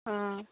অঁ